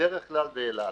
בדרך כלל באל על.